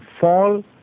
fall